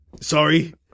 Sorry